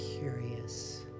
curious